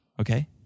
okay